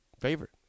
favorite